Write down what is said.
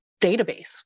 database